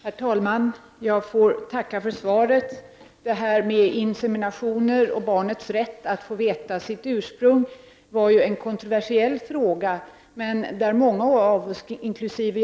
Herr talman! Jag ber att få tacka för svaret. Frågan om inseminationer och barnets rätt att få veta sitt ursprung var ju kontroversiell. Många av oss, inkl.